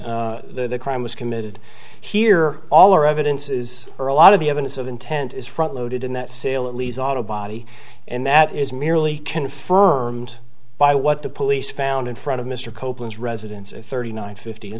the crime was committed here all our evidence is or a lot of the evidence of intent is front loaded in that sale at least auto body and that is merely confirmed by what the police found in front of mr copas residence at thirty nine fift